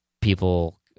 people